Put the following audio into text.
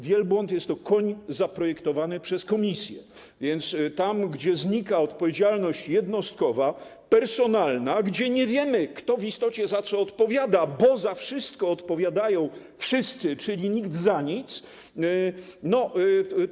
Wielbłąd jest to koń zaprojektowany przez komisję, a więc tam, gdzie znika odpowiedzialność jednostkowa, personalna, gdzie nie wiemy, kto w istocie za co odpowiada, bo za wszystko odpowiadają wszyscy, czyli nikt nie odpowiada za nic.